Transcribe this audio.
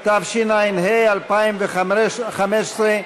התשע"ה 2015,